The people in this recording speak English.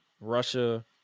Russia